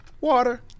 water